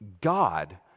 God